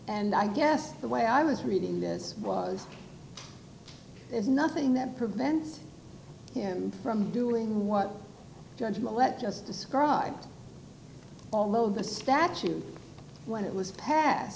and i guess the way i was reading this was there's nothing that prevents him from doing what judge millette just described although the statute when it was passed